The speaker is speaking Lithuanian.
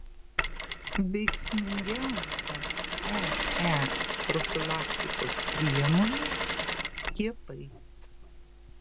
veiksmingiausia ee profilaktikos priemonė skiepai